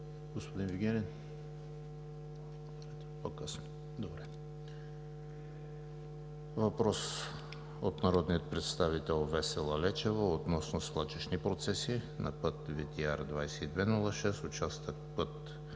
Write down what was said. Въпрос от народния представител Весела Лечева относно свлачищни процеси на път VTR 2206, участък път